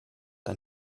ein